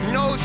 no